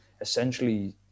essentially